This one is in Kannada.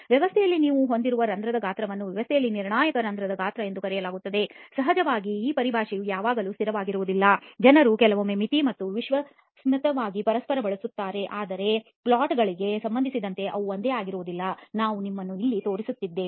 ವ್ಯವಸ್ಥೆಯಲ್ಲಿ ನೀವು ಹೊಂದಿರುವ ರಂಧ್ರದ ಗಾತ್ರವನ್ನು ವ್ಯವಸ್ಥೆಯಲ್ಲಿ ನಿರ್ಣಾಯಕ ರಂಧ್ರದ ಗಾತ್ರ ಎಂದು ಕರೆಯಲಾಗುತ್ತದೆ ಸಹಜವಾಗಿ ಈ ಪರಿಭಾಷೆಯು ಯಾವಾಗಲೂ ಸ್ಥಿರವಾಗಿರುವುದಿಲ್ಲ ಜನರು ಕೆಲವೊಮ್ಮೆ ಮಿತಿ ಮತ್ತು ವಿಮರ್ಶಾತ್ಮಕವಾಗಿ ಪರಸ್ಪರ ಬಳಸುತ್ತಾರೆ ಆದರೆ ಪ್ಲಾಟ್ ಗಳಿಗೆ ಸಂಬಂಧಿಸಿದಂತೆ ಅವು ಒಂದೇ ಆಗಿರುವುದಿಲ್ಲ ನಾನು ನಿಮ್ಮನ್ನು ಇಲ್ಲಿ ತೋರಿಸುತ್ತಿದ್ದೇನೆ